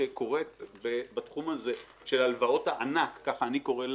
שקורית בתחום הזה של הלוואות הענק ככה אני קורא להן,